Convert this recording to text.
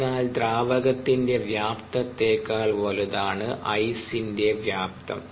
അതിനാൽ ദ്രാവകത്തിന്റെ വ്യാപ്തത്തേക്കാൾ വലുതാണ് ഐസിന്റെ വ്യാപ്തം